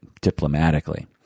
diplomatically